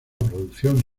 producción